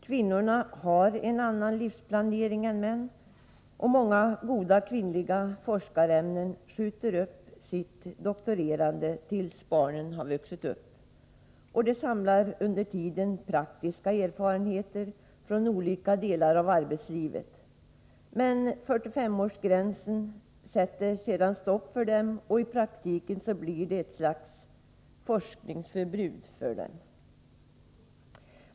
Kvinnorna har en annan livsplanering än män, och många goda kvinnliga forskarämnen skjuter upp sitt doktorerande tills barnen har vuxit upp. De samlar under tiden praktiska erfarenheter från olika delar av arbetslivet. Men 45-årsgränsen sätter sedan stopp för dem, och i praktiken blir det ett slags forskningsförbud för dem.